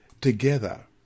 together